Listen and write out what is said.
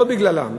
לא בגללם,